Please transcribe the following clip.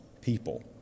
people